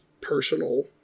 personal